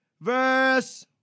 verse